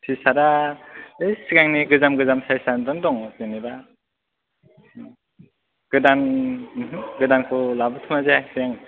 T सार्टा बै सिगांनि गोजाम गोजाम साइसानो दङ जेनोबा गोदान ओहो गोदानखौ लाबोथ'नाय जायाखै आङो